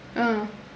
ah